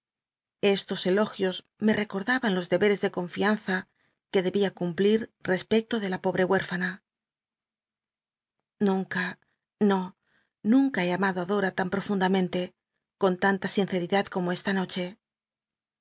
estos elogios me recordaban los deberes de confianza que debía cumplil respecto de la pobre huérfana nunca no nunca he amado á dora tan ptofundamen te con tanta sinceridad como esta noche